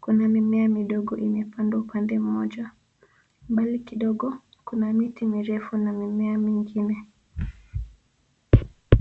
Kuna mimea midogo imepandwa upande mmoja. Mbali kidogo kuna miti mirefu na mimea mingine.